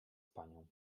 panią